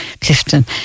Clifton